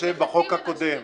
נתחשב בחוק הקודם.